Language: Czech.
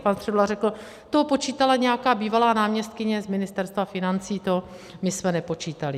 Pan Středula řekl: to počítala nějaká bývalá náměstkyně z Ministerstva financí, to my jsme nepočítali.